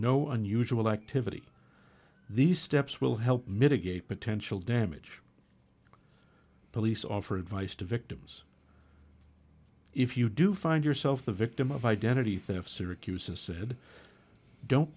no unusual activity these steps will help mitigate potential damage police offer advice to victims if you do find yourself the victim of identity theft syracuse's said don't